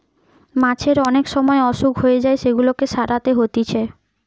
মাছের অনেক সময় অসুখ হয়ে যায় সেগুলাকে সারাতে হতিছে